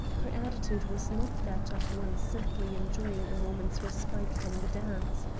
her attitude was not that of one simply enjoying a moment's respite from the dance.